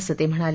असं ते म्हणाले